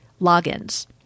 logins